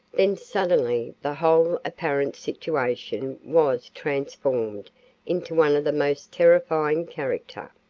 then suddenly the whole apparent situation was transformed into one of the most terrifying character.